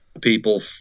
people